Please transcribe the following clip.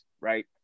Right